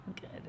good